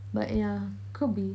but yeah could be